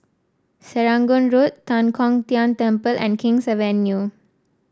Serangoon Road Tan Kong Tian Temple and King's Avenue